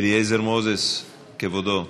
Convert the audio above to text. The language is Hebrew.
אליעזר מוזס, כבודו,